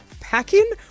Packing